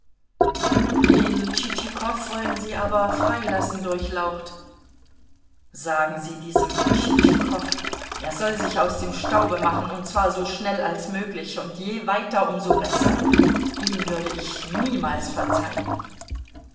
den tschitschikow wollen sie aber freilassen durchlaucht sagen sie diesem tschitschikow er soll sich aus dem staube machen und zwar so schnell als möglich und je weiter um so besser ihm würde ich niemals verzeihen